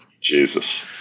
Jesus